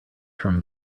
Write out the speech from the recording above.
from